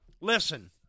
listen